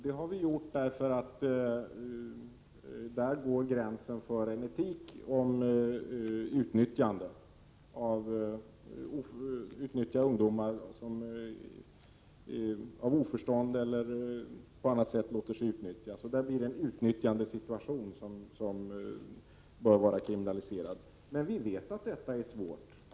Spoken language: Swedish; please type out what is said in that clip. Ja, där går gränsen för en etik om utnyttjande. När ungdomar av oförstånd eller av annat skäl låter sig utnyttjas, uppstår en situation som bör vara kriminalise rad. Men vi vet att detta är svårt.